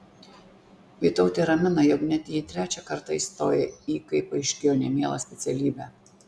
vytautė ramina jog net jei trečią kartą įstojai į kaip paaiškėjo nemielą specialybę